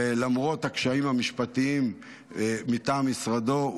ולמרות הקשיים המשפטיים מטעם משרדו,